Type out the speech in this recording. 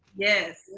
yes.